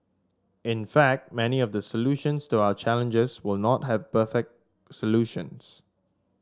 in fact many of the solutions to our challenges will not have perfect solutions